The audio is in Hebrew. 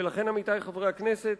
ולכן, עמיתי חברי הכנסת,